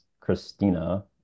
Christina